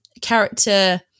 character